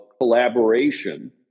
collaboration